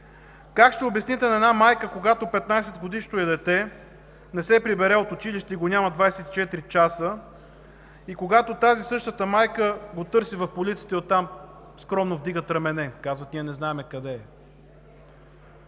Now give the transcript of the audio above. Как ще обясните на една майка, когато 15-годишното й дете не се прибере от училище и го няма 24 часа, и когато същата тази майка го търси в полицията и оттам скромно вдигат рамене и казват: „Ние не знаем къде е.“